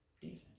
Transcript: defense